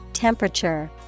temperature